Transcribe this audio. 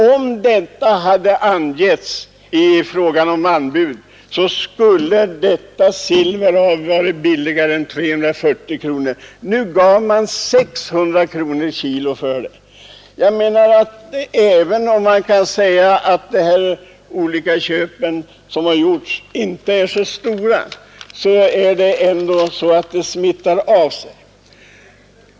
Om det hade angetts när anbud begärdes skulle det här silvret ha varit billigare än 340 kronor per kg — och i stället gav man 600 kronor per kg för det. Även om det kan sägas att de olika inköp som gjorts inte är så stora smittar förfarandet ändå av sig.